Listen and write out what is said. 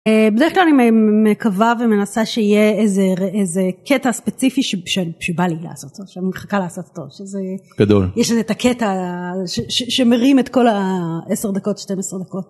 בדרך כלל אני מקווה ומנסה שיהיה איזה קטע ספציפי שבא לי לעשות אותו, שאני מחכה לעשות אותו, שזה, גדול, יש את הקטע שמרים את כל ה-10 דקות, 12 דקות.